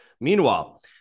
Meanwhile